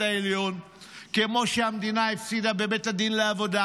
העליון כמו שהמדינה הפסידה בבית הדין לעבודה